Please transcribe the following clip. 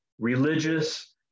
religious